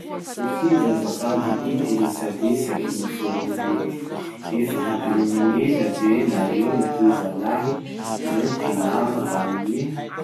Tohizo azafady ity resadresaky noforony ity: Efa hatraminign'ela be nareo ry zalahy no mpiana tamin'ny.